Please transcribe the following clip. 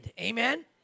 Amen